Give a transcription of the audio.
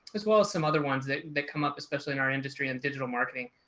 as well as some other ones that that come up, especially in our industry and digital marketing.